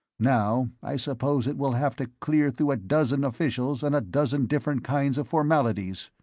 now i suppose it will have to clear through a dozen officials and a dozen different kinds of formalities.